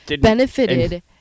Benefited